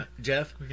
Jeff